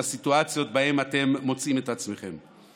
לסיטואציות שבהן אתם מוצאים את עצמכם.